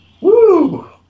woo